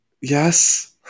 Yes